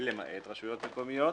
למעט רשויות מקומיות.